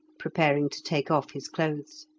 preparing to take off his clothes.